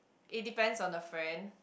it depends on the friend